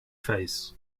face